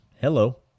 hello